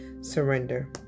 Surrender